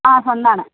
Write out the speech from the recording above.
ആ ഒന്നാണ്